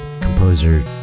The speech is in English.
Composer